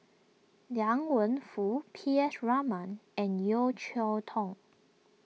Liang Wenfu P S Raman and Yeo Cheow Tong